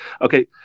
Okay